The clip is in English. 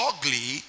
Ugly